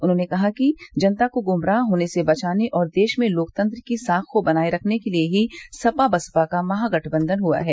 उन्होंने कहा कि जनता को ग्मराह होने से बचाने और देश में लोकतंत्र की साख को बनाये रखने के लिए ही सपा बसपा का महागठबंधन हुआ है